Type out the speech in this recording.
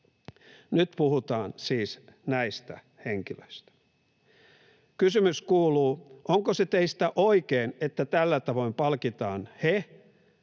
Nyt puhutaan siis näistä henkilöistä. Kysymys kuuluu: onko se teistä oikein, että tällä tavoin palkitaan